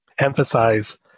Emphasize